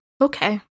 Okay